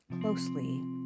closely